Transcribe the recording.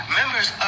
members